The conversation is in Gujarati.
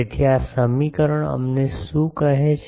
તેથી આ સમીકરણ અમને શું કહે છે